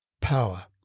Power